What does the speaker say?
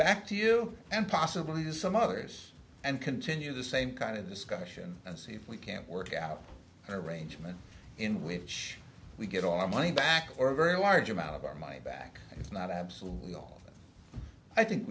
back to you and possibly some others and continue the same kind of discussion and see if we can't work out an arrangement in which we get our money back or a very large amount of our money back it's not absolutely off i think